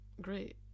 great